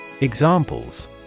Examples